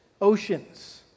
oceans